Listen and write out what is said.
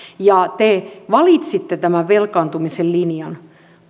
ja te valitsitte tämän velkaantumisen linjan